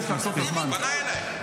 הוא פנה אליי.